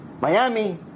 Miami